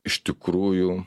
iš tikrųjų